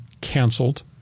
canceled